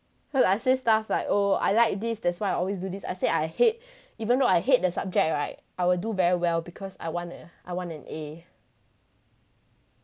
cause I say stuff like oh I like this that's why I always do this I said I hate even though I hate the subject right I will do very well because I want I want an A